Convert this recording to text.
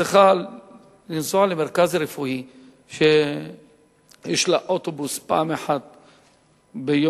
צריכה לנסוע למרכז הרפואי כשיש לה אוטובוס פעם אחת ביום,